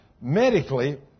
Medically